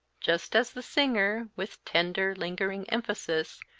just as the singer, with tender, lingering emphasis,